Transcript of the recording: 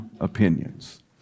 opinions